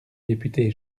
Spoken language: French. député